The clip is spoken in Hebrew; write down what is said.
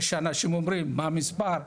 יש אנשים שאומרים מה המספר,